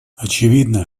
очевидно